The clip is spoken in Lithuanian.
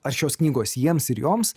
ar šios knygos jiems ir joms